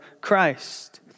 Christ